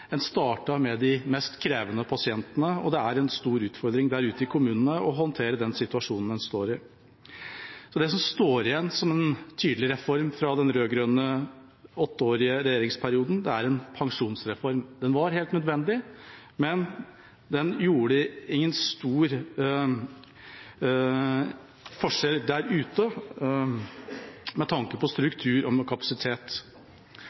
En startet med de mest krevende pasientene, og det er i kommunene en stor utfordring å håndtere situasjonen en står oppe i. Det som står igjen som en tydelig reform fra den åtteårige rød-grønne regjeringsperioden, er en pensjonsreform. Den var helt nødvendig, men den gjorde ingen stor forskjell med tanke på struktur og kapasitet.